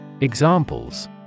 Examples